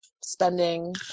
spending